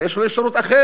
אבל יש לו אפשרות אחרת: